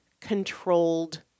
controlled